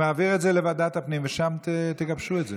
אני מעביר את זה לוועדת הפנים ושם תגבשו את זה.